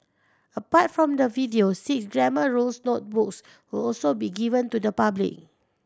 apart from the videos six Grammar Rules notebooks will also be given to the public